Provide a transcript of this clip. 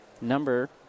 number